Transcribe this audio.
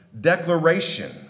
Declaration